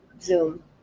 Zoom